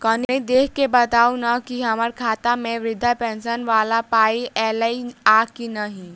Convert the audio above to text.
कनि देख कऽ बताऊ न की हम्मर खाता मे वृद्धा पेंशन वला पाई ऐलई आ की नहि?